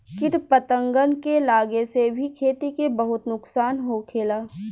किट पतंगन के लागे से भी खेती के बहुत नुक्सान होखेला